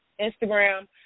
Instagram